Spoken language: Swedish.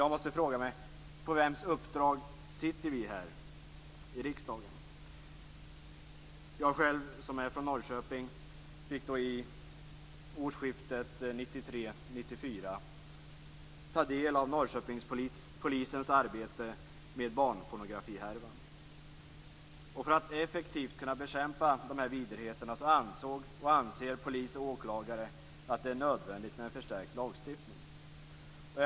Jag måste fråga: På vems uppdrag sitter vi här i riksdagen? Jag själv, som är från Norrköping, fick vid årsskiftet 1993/94 ta del av Norrköpingspolisens arbete med barnpornografihärvan. För att effektivt kunna bekämpa dessa vidrigheter ansåg och anser polis och åklagare att det är nödvändigt med en förstärkt lagstiftning.